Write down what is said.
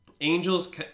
Angel's